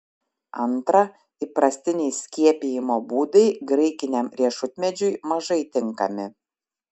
antra įprastiniai skiepijimo būdai graikiniam riešutmedžiui mažai tinkami